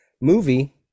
movie